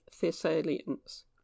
Thessalians